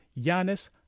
Giannis